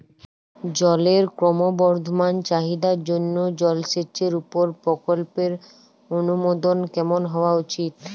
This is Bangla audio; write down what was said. জলের ক্রমবর্ধমান চাহিদার জন্য জলসেচের উপর প্রকল্পের অনুমোদন কেমন হওয়া উচিৎ?